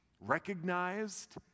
recognized